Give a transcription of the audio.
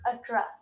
Address